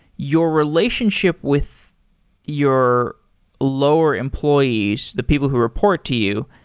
your relationship with your lower employees, the people who report to you,